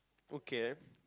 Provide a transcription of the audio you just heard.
okay